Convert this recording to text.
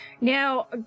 Now